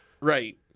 Right